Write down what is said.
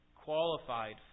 qualified